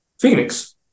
Phoenix